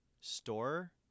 store